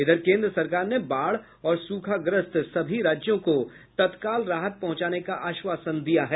इधर केन्द्र सरकार ने बाढ़ और सूखाग्रस्त सभी राज्यों को तत्काल राहत पहुंचाने का आश्वासन दिया है